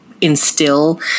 instill